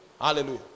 hallelujah